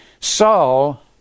Saul